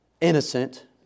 innocent